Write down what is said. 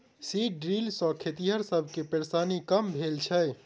seed drill सॅ खेतिहर सब के परेशानी कम भेल छै